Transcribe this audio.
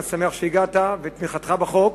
אני שמח שהגעת ועל תמיכתך בחוק.